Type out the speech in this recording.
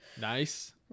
nice